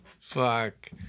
Fuck